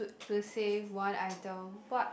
to save one item what